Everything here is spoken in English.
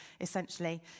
essentially